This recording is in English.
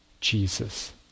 Jesus